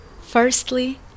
Firstly